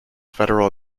federal